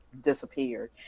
disappeared